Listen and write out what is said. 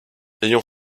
ayant